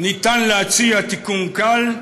אפשר להציע תיקון קל: